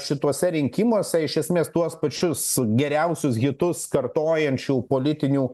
šituose rinkimuose iš esmės tuos pačius geriausius hitus kartojančių politinių